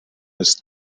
ist